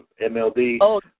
MLD